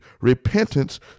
repentance